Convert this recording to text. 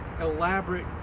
elaborate